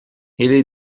ele